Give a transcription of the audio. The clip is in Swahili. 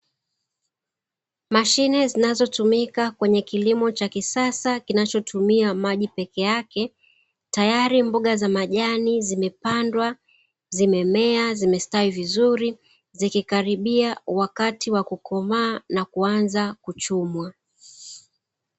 Mashine zinazotumika kwenye kilimo cha kisasa kinachotumia maji peke yake, tayari mboga za majani zimepandwa, zimemea, zimestawi vizuri ziki karibia wakati wa kukomaa na kuanza kuchumwa.